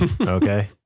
Okay